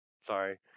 Sorry